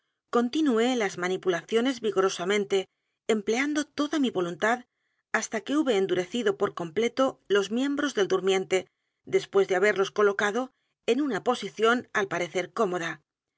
esto continuólas manipulaciones vigorosamente empleando toda mi voluntad h a s t a que hube endurecido por completo los miembros del durmiente después de haberlos colocado en una posición al parecer cómoda